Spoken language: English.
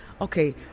okay